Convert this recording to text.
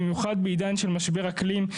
במיוחד בעידן של משבר אקלים,